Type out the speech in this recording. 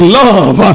love